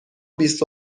بیست